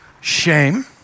shame